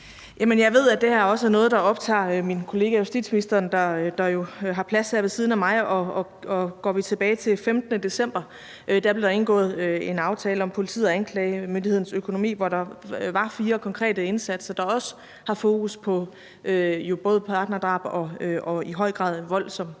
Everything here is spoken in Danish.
jeg ved, at det her også er noget, der optager min kollega justitsministeren, der jo har plads her ved siden af mig. Og går vi tilbage til den 15. december, blev der indgået en aftale om politiets og anklagemyndighedens økonomi, hvor der var fire konkrete indsatser, der også har fokus på både partnerdrab og i høj grad vold, som jo i